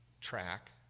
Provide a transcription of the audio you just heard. track